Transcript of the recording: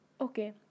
okay